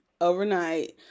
overnight